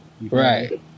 right